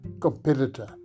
competitor